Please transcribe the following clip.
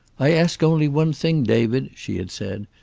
i ask only one thing, david, she had said.